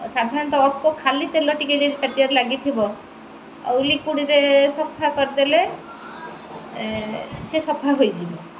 ସାଧାରଣତଃ ଅଳ୍ପ ଖାଲି ତେଲ ଟିକେ ଯଦି ତାଟିଆର ଲାଗିଥିବ ଆଉ ଲିକ୍ୟୁଡ଼୍ରେ ସଫା କରିଦେଲେ ସେ ସଫା ହୋଇଯିବ